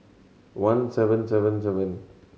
one seven seven seven